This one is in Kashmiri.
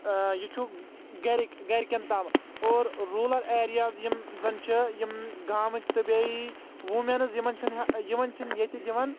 یہِ چھُ گرِکۍ گرِکٮ۪ن تام اور روٗرَل ایریاز یِم زن چھِ یِم گامٕکۍ تہٕ بیٚیہِ وُمینز یِمن چھنہٕ یِمن چھِنہٕ ییٚتہِ دِوان